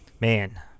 Man